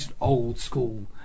old-school